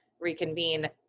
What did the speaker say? reconvene